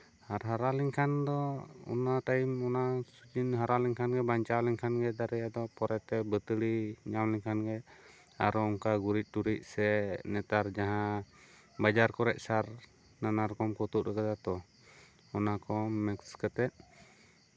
ᱟᱨ ᱦᱟᱨᱟ ᱞᱮᱱᱠᱷᱟᱱ ᱫᱚ ᱚᱱᱟ ᱴᱟᱭᱤᱢ ᱚᱱᱟ ᱥᱤᱡᱤᱱ ᱦᱟᱨᱟ ᱞᱮᱱᱠᱷᱟᱱᱜᱮ ᱵᱟᱧᱪᱟᱣ ᱞᱮᱱᱠᱷᱟᱱᱜᱮ ᱫᱟᱨᱮ ᱟᱫᱚ ᱯᱚᱨᱮᱛᱮ ᱵᱟᱹᱛᱟᱹᱲᱤ ᱧᱟᱢ ᱞᱮᱠᱷᱟᱱᱜᱮ ᱟᱨᱚ ᱚᱱᱠᱟᱜᱮ ᱜᱩᱨᱤᱡᱽ ᱴᱩᱨᱤᱡᱽ ᱥᱮ ᱱᱮᱛᱟᱨ ᱡᱟᱦᱟᱸ ᱵᱟᱡᱟᱨ ᱠᱚᱨᱮᱜ ᱥᱟᱨ ᱱᱟᱱᱟ ᱨᱚᱠᱚᱢ ᱠᱚ ᱛᱩᱫ ᱠᱟᱫᱟ ᱛᱚ ᱚᱱᱟ ᱠᱚ ᱢᱤᱠᱥ ᱠᱟᱛᱮᱜ